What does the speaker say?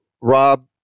Rob